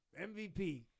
MVP